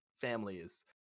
families